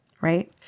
right